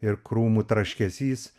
ir krūmų traškesys